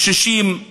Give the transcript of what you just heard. קשישים,